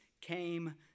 came